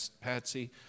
Patsy